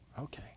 Okay